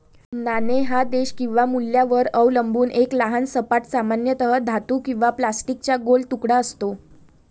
नाणे हा देश किंवा मूल्यावर अवलंबून एक लहान सपाट, सामान्यतः धातू किंवा प्लास्टिकचा गोल तुकडा असतो